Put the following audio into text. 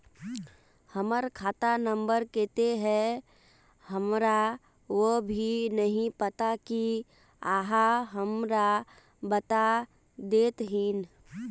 हमर खाता नम्बर केते है हमरा वो भी नहीं पता की आहाँ हमरा बता देतहिन?